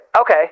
Okay